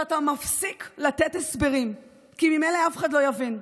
ואתה מפסיק לתת הסברים, כי ממילא אף אחד לא יבין.